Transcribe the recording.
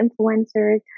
influencers